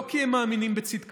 לא כי הם מאמינים בצדקתו,